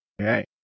Okay